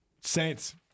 Saints